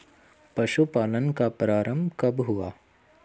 पशुपालन का प्रारंभ कब हुआ?